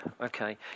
Okay